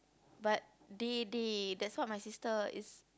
but they they that's what my sister is